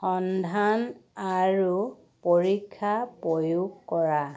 সন্ধান আৰু পৰীক্ষা প্ৰয়োগ কৰা